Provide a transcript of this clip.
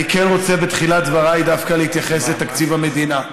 אני כן רוצה בתחילת דבריי דווקא להתייחס לתקציב המדינה.